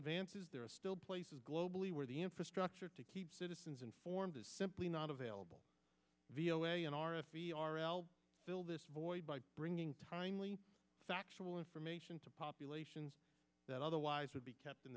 advances there are still places globally where the infrastructure to keep citizens informed is simply not available v l a n r f e r l fill this void by bringing timely factual information to populations that otherwise would be kept in